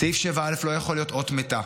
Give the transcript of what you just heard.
סעיף 7א לא יכול להיות אות מתה.